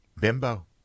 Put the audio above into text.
Bimbo